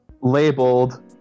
labeled